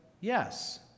Yes